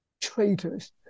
traitors